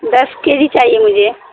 دس K G چاہیے مجھے